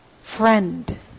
friend